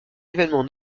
événement